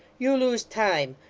you lose time.